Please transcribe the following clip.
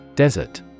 Desert